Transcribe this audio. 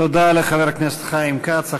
תודה לחבר הכנסת חיים כץ.